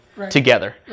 together